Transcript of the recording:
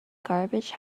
garbage